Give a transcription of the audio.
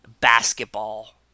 basketball